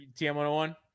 TM101